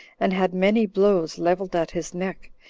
and had many blows leveled at his neck,